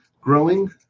growing